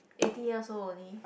eighty years old only